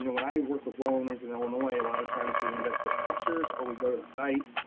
you know when i work with well owners in illinois, a lot of times we end up with pictures or we go to the site